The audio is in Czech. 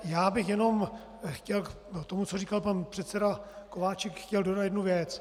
Já bych jenom chtěl k tomu, co říkal pan předseda Kováčik, dodat jednu věc.